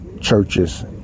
churches